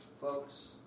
Folks